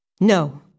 No